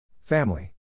Family